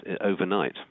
overnight